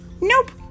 Nope